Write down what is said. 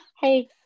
Hey